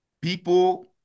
People